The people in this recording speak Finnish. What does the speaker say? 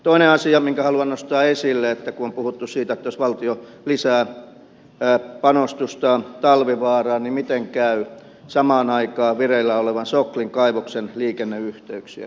toinen asia minkä haluan nostaa esille on että kun on puhuttu siitä että jos valtio lisää panostustaan talvivaaraan niin miten käy samaan aikaan vireillä olevan soklin kaivoksen liikenneyhteyksien